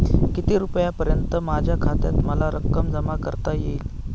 किती रुपयांपर्यंत माझ्या खात्यात मला रक्कम जमा करता येईल?